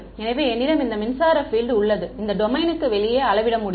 எனவே என்னிடம் இந்த மின்சார பீல்ட் உள்ளது இதை டொமைனுக்கு வெளியே அளவிட முடியும்